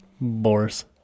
boris